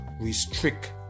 restrict